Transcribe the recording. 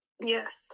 yes